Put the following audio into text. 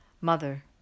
Mother